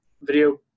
video